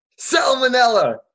Salmonella